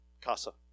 casa